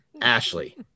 Ashley